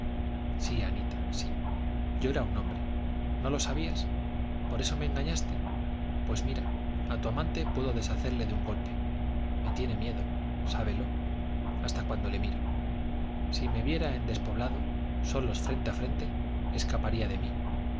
sí anita sí yo era un hombre no lo sabías por eso me engañaste pues mira a tu amante puedo deshacerle de un golpe me tiene miedo sábelo hasta cuando le miro si me viera en despoblado solos frente a frente escaparía de mí